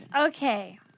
Okay